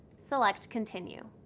select continue.